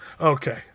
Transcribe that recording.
okay